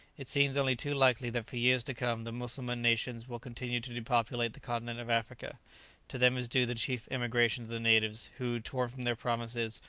it seems only too likely that for years to come the mussulman nations will continue to depopulate the continent of africa to them is due the chief emigration of the natives, who, torn from their provinces,